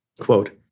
Quote